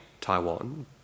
Taiwan